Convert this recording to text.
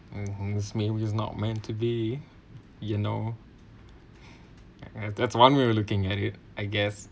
mm mm it means not meant to be you know and that's one we're looking at it I guess